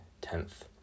tenth